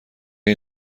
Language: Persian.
این